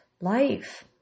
life